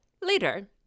Later